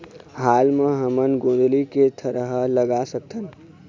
हाल मा हमन गोंदली के थरहा लगा सकतहन?